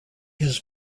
his